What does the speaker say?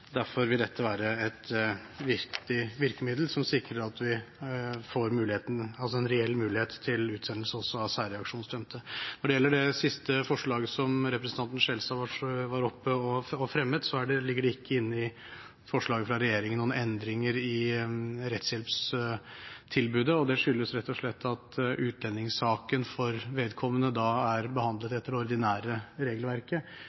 Derfor vil dette være et viktig virkemiddel som sikrer at vi får en reell mulighet til utsendelse av også særreaksjonsdømte. Når det gjelder det siste forslaget som representanten Skjelstad var oppe og fremmet, ligger det ikke inne i forslaget fra regjeringen noen endringer i rettshjelpstilbudet, og det skyldes rett og slett at utlendingssaken for vedkommende da er behandlet etter det ordinære regelverket